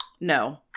no